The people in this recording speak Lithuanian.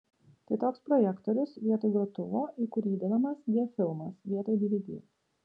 tai toks projektorius vietoj grotuvo į kurį įdedamas diafilmas vietoj dvd